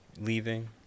leaving